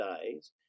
days